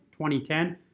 2010